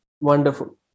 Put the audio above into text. Wonderful